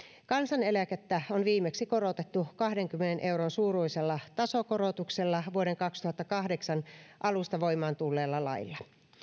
kansaneläkettä on viimeksi korotettu kahdenkymmenen euron suuruisella tasokorotuksella vuoden kaksituhattakahdeksan alusta voimaan tulleella lailla